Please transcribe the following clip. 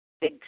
big